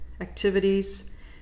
activities